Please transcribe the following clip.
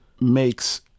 makes